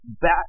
back